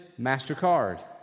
MasterCard